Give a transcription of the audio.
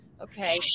Okay